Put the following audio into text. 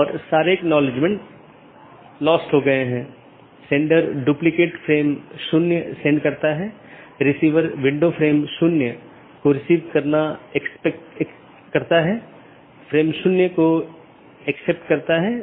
तो ये वे रास्ते हैं जिन्हें परिभाषित किया जा सकता है और विभिन्न नेटवर्क के लिए अगला राउटर क्या है और पथों को परिभाषित किया जा सकता है